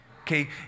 Okay